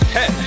Hey